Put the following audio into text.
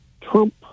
Trump